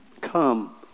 Come